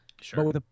Sure